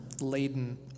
laden